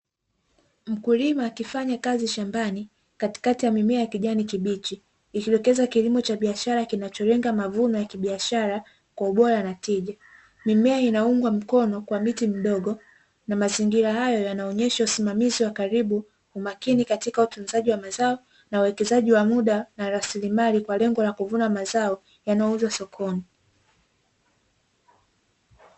Mkulima akifanya kazi shambani katikati ya mimea ya kijani kibichi, ikidokeza kilimo cha biashara kinacholenga mavuno ya kibiashara kwa ubora na tija. Mimea inaungwa mkono kwa miti midogo na mazingira hayo yanaonyesha usimamizi wa karibu, umakini katika utunzaji wa mazao na uwekezaji wa muda na rasilimali; kwa lengo la kuvuna mazao yanauzwa sokoni.